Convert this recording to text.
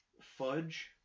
fudge